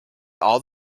all